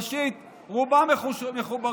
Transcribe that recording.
ראשית, רובם מחוברים.